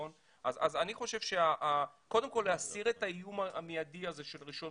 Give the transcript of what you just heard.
אני חושב שקודם כל להסיר את האיום המיידי הזה של 1.12,